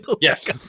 Yes